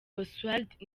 oswald